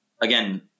again